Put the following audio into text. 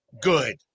good